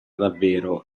davvero